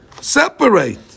separate